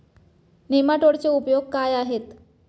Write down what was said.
नेमाटोडचे उपयोग काय आहेत?